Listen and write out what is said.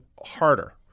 Harder